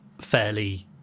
fairly